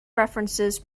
references